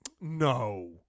No